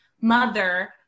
mother